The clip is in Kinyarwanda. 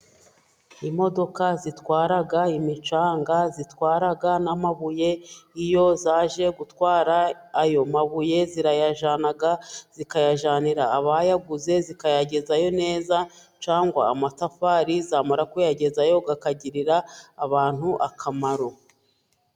Imodoka zitwara imicanga, zitwara n'amabuye iyo zaje gutwara ayo mabuye zirayajyana zikayajyanira abayaguze zikayagezayo neza cyangwa amatafari, zamara kuyagezayo akagirira abantu akamaro.